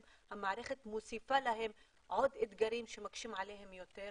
והמערכת מוסיפה להם עוד אתגרים שמקשים עליהם יותר,